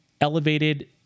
elevated